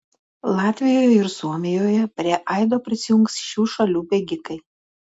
latvijoje ir suomijoje prie aido prisijungs šių šalių bėgikai